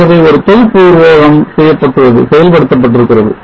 ஆகவே ஒரு தொகுப்பு உருவகம் செயல்படுத்தப்படுகிறது